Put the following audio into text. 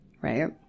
right